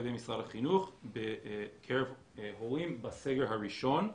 ידי משרד החינוך בקרב הורים בסגר הראשון.